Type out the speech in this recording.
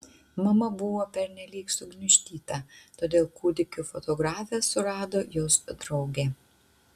mama buvo pernelyg sugniuždyta todėl kūdikių fotografę surado jos draugė